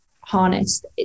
harnessed